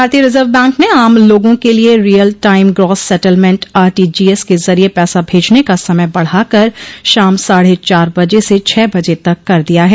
भारतीय reserve bank ने आम लोगों के लिए real time gross settlement RTGS के जरिए पैसा भेजने का समय बढ़ाकर शाम साढ़े चार बजे से छह बजे तक कर दिया है